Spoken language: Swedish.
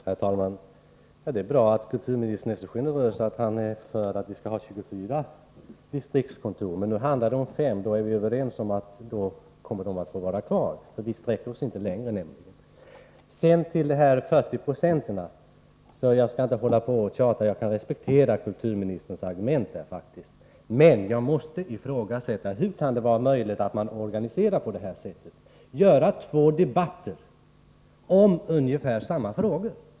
Herr talman! Det är bra att kulturministern är så generös att han uttalar sig för att vi skall ha 24 distriktskontor. Men nu handlar det om 5, och då är vi alltså överens om att de kommer att få vara kvar — vi sträcker oss nämligen inte längre än till dessa 5. Beträffande de 40 procenten skall jag inte tjata mer — jag kan respektera kulturministerns argument på den punkten. Men jag måste ifrågasätta hur det kan vara möjligt att organisera så att det blir två debatter om ungefär samma frågor.